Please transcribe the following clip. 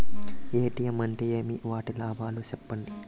ATM అంటే ఏమి? వాటి లాభాలు సెప్పండి?